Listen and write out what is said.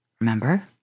remember